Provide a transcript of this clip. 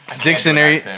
dictionary